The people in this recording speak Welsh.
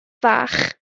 fach